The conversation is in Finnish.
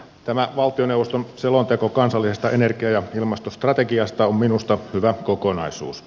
tämä valtioneuvoston selonteko kansallisesta energia ja ilmastostrategiasta on minusta hyvä kokonaisuus